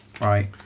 Right